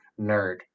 nerd